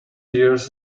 years